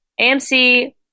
AMC